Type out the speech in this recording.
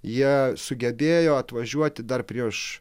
jie sugebėjo atvažiuoti dar prieš